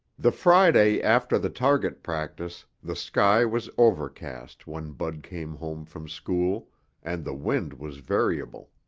the friday after the target practice the sky was overcast when bud came home from school and the wind was variable.